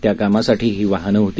त्या कामासाठीची ही वाहनं होती